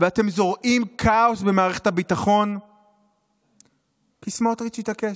ואתם זורעים כאוס במערכת הביטחון כי סמוטריץ' התעקש.